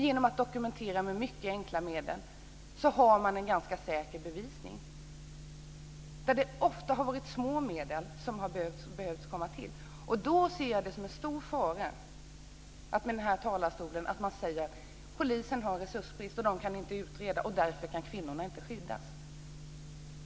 Genom att dokumentera med mycket enkla medel har man en ganska säker bevisning. Det har ofta varit små medel som har behövts. Jag ser det som en stor fara att vi från denna talarstol säger att polisen har resursbrist och att den inte kan utreda, och att kvinnorna därför inte kan skyddas.